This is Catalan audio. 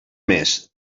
més